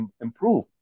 improve